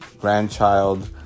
Grandchild